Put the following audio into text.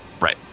right